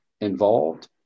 involved